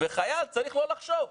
חייל צריך לא לחשוב.